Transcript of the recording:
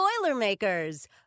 Boilermakers